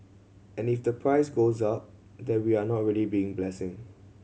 and if the price goes up then we are not really being blessing